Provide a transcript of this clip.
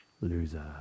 Loser